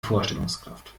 vorstellungskraft